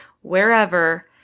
wherever